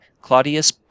Claudius